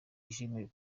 yishimiye